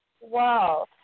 Wow